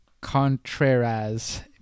Contreras